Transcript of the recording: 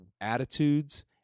attitudes